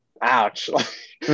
ouch